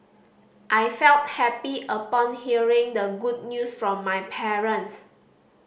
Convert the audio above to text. I felt happy upon hearing the good news from my parents